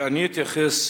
אני אתייחס,